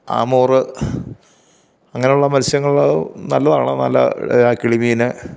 ആമൂറ് അങ്ങനെയുള്ള മത്സ്യങ്ങള് നല്ലതാണ് നല്ല കിളിമീന്